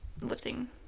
lifting